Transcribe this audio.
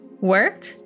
work